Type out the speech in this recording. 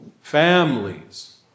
families